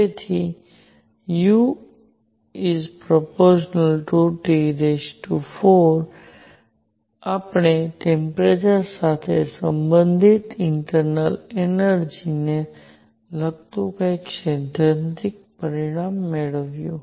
તેથી u∝T4 આપણે ટેમ્પરેચર સાથે સંબંધિત ઇન્ટરનલ એનર્જિ ને લગતું કંઈક સૈદ્ધાંતિક પરિણામ મેળવ્યું છે